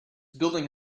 building